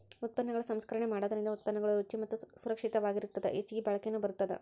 ಉತ್ಪನ್ನಗಳ ಸಂಸ್ಕರಣೆ ಮಾಡೋದರಿಂದ ಉತ್ಪನ್ನಗಳು ರುಚಿ ಮತ್ತ ಸುರಕ್ಷಿತವಾಗಿರತ್ತದ ಹೆಚ್ಚಗಿ ಬಾಳಿಕೆನು ಬರತ್ತದ